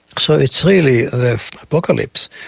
so it's really the apocalypse.